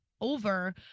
over